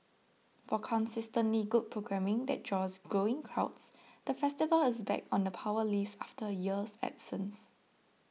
for consistently good programming that draws growing crowds the festival is back on the Power List after a year's absence